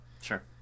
Sure